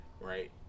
right